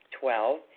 Twelve